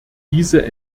diese